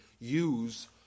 use